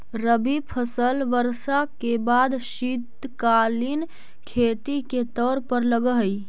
रबी फसल वर्षा के बाद शीतकालीन खेती के तौर पर लगऽ हइ